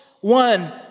one